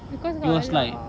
because got a lot of